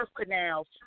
canals